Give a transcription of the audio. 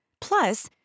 Plus